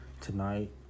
Tonight